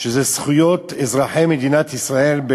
שזה זכויות של אזרחי מדינת ישראל,